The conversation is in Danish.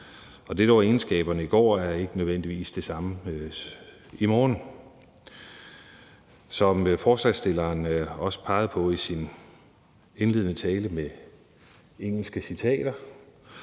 det, der var egenskaberne i går, er ikke nødvendigvis egenskaberne i morgen. Som ordføreren for forslagsstillerne også pegede på i sin indledende tale med engelske citater,